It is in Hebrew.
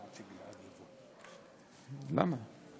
למה?